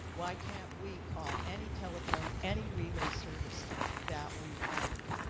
why can't we call any telephone, any relay service that we want?